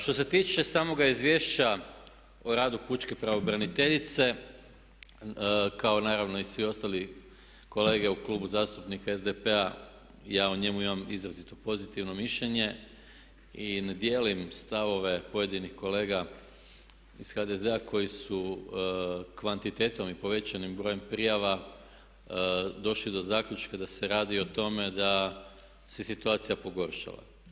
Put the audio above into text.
Što se tiče samog Izvješća o radu pučke pravobraniteljice kao naravno i svi ostali kolege u Klubu zastupnika SDP-a ja o njemu imam izrazito pozitivno mišljenje i ne dijelim stavove pojedinih kolega iz HDZ-a koji su kvantitetom i povećanim brojem prijava došli do zaključka da se radi o tome da se situacija pogoršala.